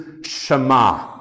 Shema